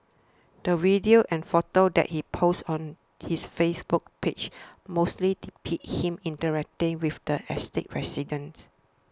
the videos and photos that he posts on his Facebook page mostly depict him interacting with the estate's residents